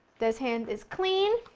this hand is clean,